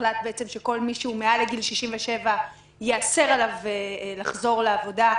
הוחלט שכל מי שהוא מעל גיל 67 ייאסר עליו לחזור לעבודה.